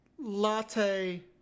Latte